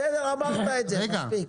בסדר, אמרת את זה, מספיק.